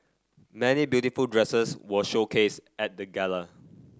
many beautiful dresses were showcased at the Gala